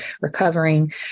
recovering